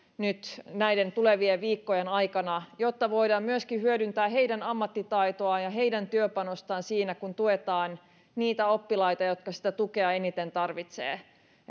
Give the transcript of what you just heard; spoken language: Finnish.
nyt näiden tulevien viikkojen aikana jotta voidaan myöskin hyödyntää heidän ammattitaitoaan ja heidän työpanostaan siinä kun tuetaan niitä oppilaita jotka sitä tukea eniten tarvitsevat